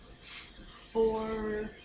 Four